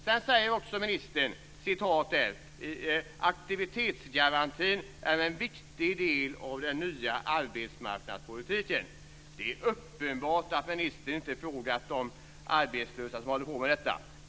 Sedan säger också ministern att aktivitetsgarantin är en viktig del av den nya arbetsmarknadspolitiken. Det är uppenbart att ministern inte har frågat de arbetslösa som har aktivitetsgaranti.